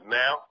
now